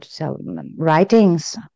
writings